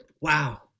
wow